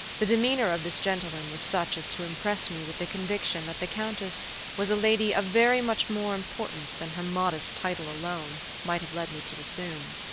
the demeanor of this gentleman was such as to impress me with the conviction that the countess was a lady of very much more importance than her modest title alone might have led me to assume.